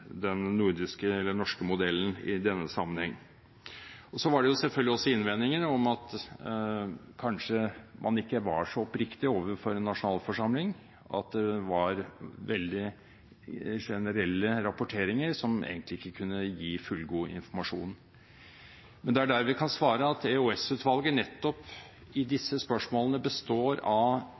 den norske modellen i denne sammenheng. Så var det jo selvfølgelig også innvendinger om at man kanskje ikke var så oppriktig overfor en nasjonalforsamling, at det var veldig generelle rapporteringer, som egentlig ikke kunne gi fullgod informasjon. Men det er der vi kan svare at EOS-utvalget, som består av